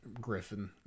Griffin